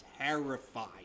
terrified